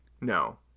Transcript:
No